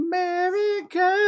America